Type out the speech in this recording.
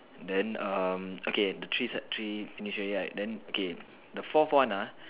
then um okay the three set three finish already right then okay the fourth one ah